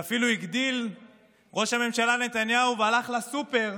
ואפילו הגדיל ראש הממשלה נתניהו והלך לסופר,